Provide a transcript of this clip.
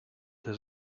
his